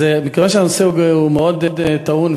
אז מכיוון שהנושא הוא מאוד טעון,